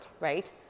right